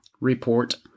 report